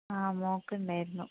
ആ മോൾക്കുണ്ടായിരുന്നു